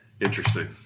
Interesting